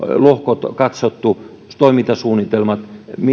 lohkot katsottu myös toimintasuunnitelmat